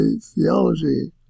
theology